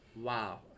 Wow